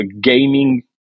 gaming